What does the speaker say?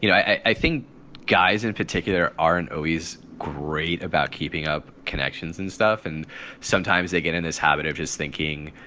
you know i think guys in particular aren't always great about keeping up connections and stuff. and sometimes they get in this habit of his thinking,